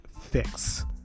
fix